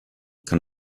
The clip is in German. kann